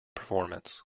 performance